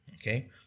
okay